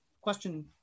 question